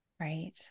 Right